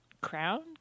crown